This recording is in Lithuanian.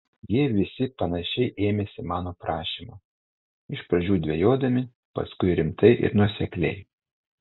jie visi panašiai ėmėsi mano prašymo iš pradžių dvejodami paskui rimtai ir nuosekliai